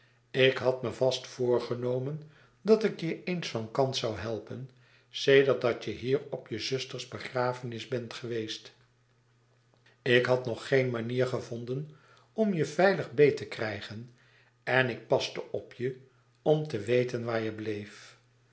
ik had me vast voorgenomen dat ik je eens van kant zou helpen sedert dat je hier op je zuster's begrafenis bent geweest ik had nog geen manier gevonden om je veilig beet te krijgen en ik paste op je om te weten waar je bleef